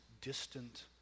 distant